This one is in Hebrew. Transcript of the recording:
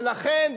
ולכן,